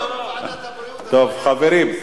חברים,